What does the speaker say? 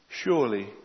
Surely